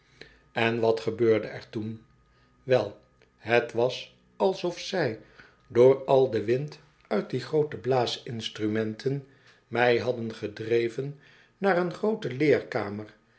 en wat gebeurde er toen wel het was alsof zij door al den wind uit die groote blaasinstrumenten mij hadden gedreven naar een groote leerkamer waar